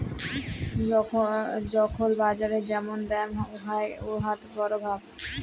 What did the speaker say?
যখল বাজারে যেমল দাম হ্যয় উয়ার পরভাব